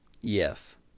Yes